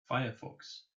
firefox